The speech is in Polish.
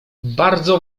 bardzo